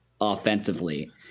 offensively